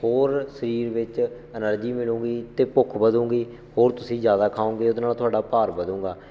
ਹੋਰ ਸਰੀਰ ਵਿੱਚ ਐਨਰਜੀ ਮਿਲੂੰਗੀ ਅਤੇ ਭੁੱਖ ਵਧੂਗੀ ਹੋਰ ਤੁਸੀਂ ਜ਼ਿਆਦਾ ਖਾਓਗੇ ਉਹਦੇ ਨਾਲ ਤੁਹਾਡਾ ਭਾਰ ਵਧੂਗਾ